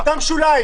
עם אותם שוליים,